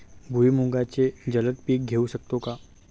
भुईमुगाचे जलद पीक घेऊ शकतो का?